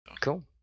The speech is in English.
Cool